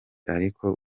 ariko